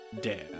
dare